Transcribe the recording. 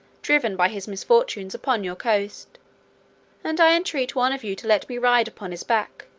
driven by his misfortunes upon your coast and i entreat one of you to let me ride upon his back,